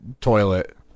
toilet